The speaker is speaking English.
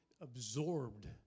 absorbed